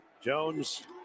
jones